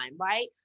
right